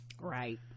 Right